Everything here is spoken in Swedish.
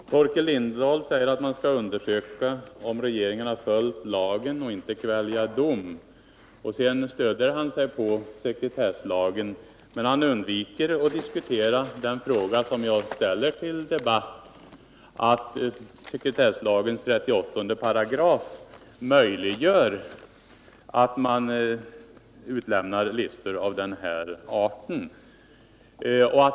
Herr talman! Torkel Lindahl säger att vi skall undersöka om regeringen har följt lagen och att vi inte skall kvälja dom. Sedan stöder han sig på sekretesslagen. Men han undviker att diskutera den fråga som jag ställer under debatt, nämligen att 38 § sekretesslagen möjliggör utlämnande av listor av den här arten.